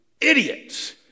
Idiots